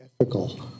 ethical